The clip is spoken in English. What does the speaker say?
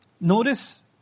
notice